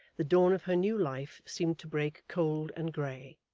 the dawn of her new life seemed to break cold and grey.